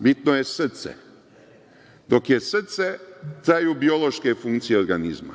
Bitno je srce. Dok je srce traju biološke funkcije organizma,